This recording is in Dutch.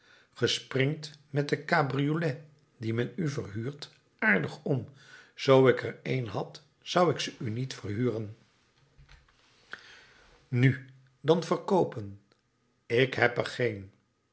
springt met de cabriolet die men u verhuurt aardig om zoo ik er een had zou ik ze u niet verhuren nu dan verkoopen ik heb er geen